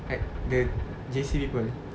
like the J_C people